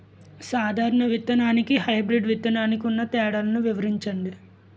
సాధారణ విత్తననికి, హైబ్రిడ్ విత్తనానికి ఉన్న తేడాలను వివరించండి?